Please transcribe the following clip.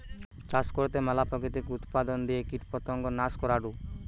চাষ করতে ম্যালা প্রাকৃতিক উপাদান দিয়ে কীটপতঙ্গ নাশ করাঢু